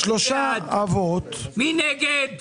מי נגד?